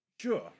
Sure